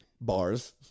Bars